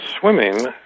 swimming